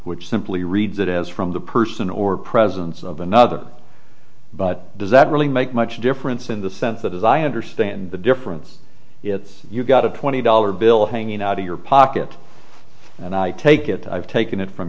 which simply read that as from the person or presence of another but does that really make much difference in the sense that as i understand the difference if you've got a twenty dollar bill hanging out of your pocket and i take it i've taken it from